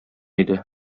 иде